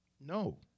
No